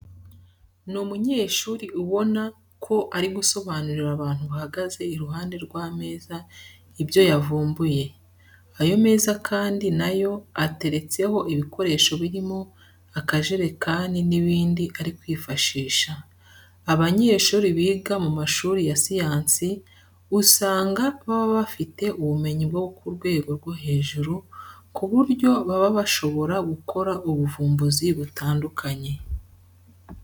Ni umunyeshuri ubona ko ari gusobanurira abantu bahagaze iruhande rw'ameza ibyo yavumbuye. Ayo meza kandi na yo ateretseho ibikoresho birimo akajerekani n'ibindi ari kwifashisha. Abanyeshuri biga mu mashuri ya siyansi usanga baba bafite ubumenyi bwo ku rwego rwo hejuru ku buryo baba bashobora gukora ubuvumbuzi butandukanye.